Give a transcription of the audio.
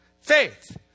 faith